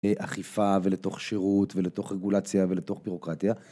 אכיפה ולתוך שירות ולתוך רגולציה ולתוך בירוקרטיה